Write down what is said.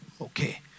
Okay